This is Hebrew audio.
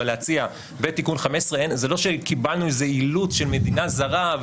אבל להציע בתיקון ,15 זה לא שקיבלנו איזה אילוץ של מדינה זרה,